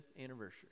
anniversary